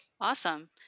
Awesome